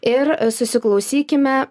ir susiklausykime